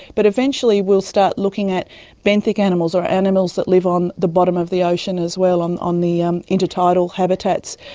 but eventually we'll start looking at benthic animals or animals that live on the bottom of the ocean as well, on on the um intertidal habitats.